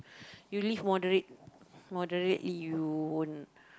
you live moderate moderately you